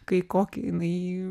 kai kokį jinai